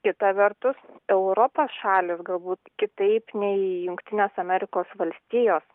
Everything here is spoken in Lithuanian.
kita vertus europos šalys galbūt kitaip nei jungtinės amerikos valstijos